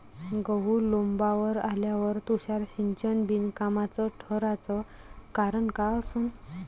गहू लोम्बावर आल्यावर तुषार सिंचन बिनकामाचं ठराचं कारन का असन?